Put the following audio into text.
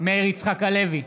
מאיר יצחק הלוי,